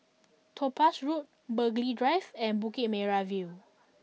Topaz Road Burghley Drive and Bukit Merah View